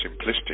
simplistic